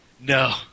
no